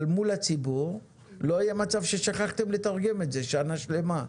אבל מול הציבור לא יהיה מצב ששכחתם לתרגם את זה שנה שלמה.